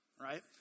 right